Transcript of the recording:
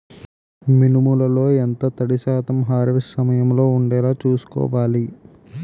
మినుములు లో ఎంత తడి శాతం హార్వెస్ట్ సమయంలో వుండేలా చుస్కోవాలి?